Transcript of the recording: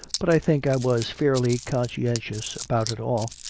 but i think i was fairly conscientious about it all.